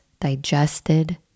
digested